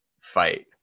fight